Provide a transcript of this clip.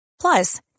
Plus